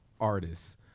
artists